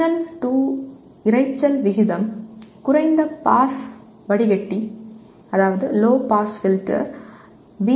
signal to இரைச்சல் விகிதம் குறைந்த பாஸ் வடிகட்டி வி